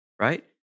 right